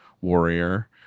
warrior